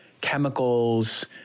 chemicals